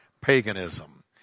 paganism